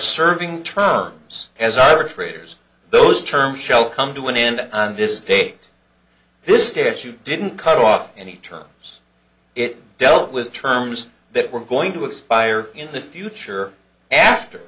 serving terms as arbitrators those terms shall come to an end on this date this status you didn't cut off any terms it dealt with terms that were going to expire in the future after